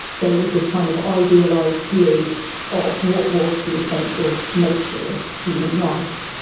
so it was this kind of idealised view of what was the essential nature of human life,